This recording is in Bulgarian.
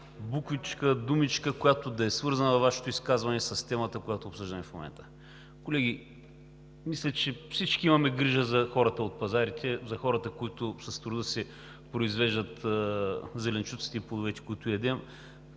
буквичка, думичка във Вашето изказване, която да е свързана с темата, обсъждана в момента. Колеги, мисля, че всички имаме грижа за хората от пазарите, за хората, които с труда си произвеждат зеленчуците и плодовете, които ядем.